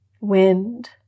wind